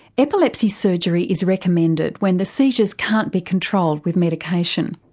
epilepsy surgery is recommended when the seizures can't be controlled with medication.